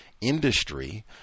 industry